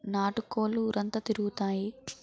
నాటు కోళ్లు ఊరంతా తిరుగుతాయి